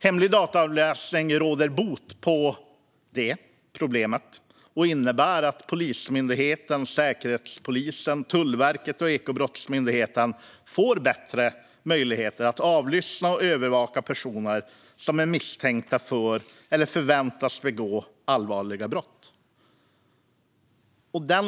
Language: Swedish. Hemlig dataavläsning råder bot på detta problem och innebär att Polismyndigheten, Säkerhetspolisen, Tullverket och Ekobrottsmyndigheten får bättre möjligheter att avlyssna och övervaka personer som är misstänkta för eller förväntas begå allvarliga brott.